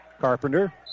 Carpenter